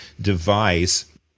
device